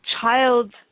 child